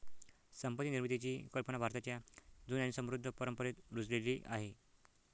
संपत्ती निर्मितीची कल्पना भारताच्या जुन्या आणि समृद्ध परंपरेत रुजलेली आहे